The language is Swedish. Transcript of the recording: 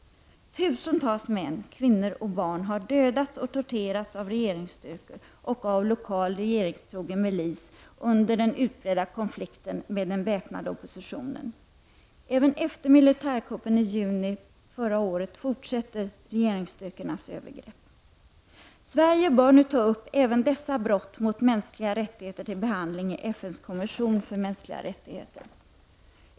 Tusentals män, kvinnor och barn har dödats och torterats av regeringsstyrkor och av lokal regeringstrogen milis under den utbredda konflikten med den väpnade oppositionen. Även efter militärkuppen i juni 1989 fortsätter regeringsstyrkornas övergrepp. Sverige bör nu ta upp även dessa brott mot mänskliga rättigheter till behandling i FNs kommission för mänskliga rättigheter.